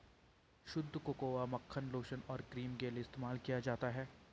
शुद्ध कोकोआ मक्खन लोशन और क्रीम के लिए इस्तेमाल किया जाता है